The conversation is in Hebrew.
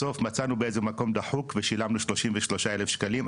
בסוף מצאנו באיזה מקום דחוק ושילמנו 33,000 שקלים.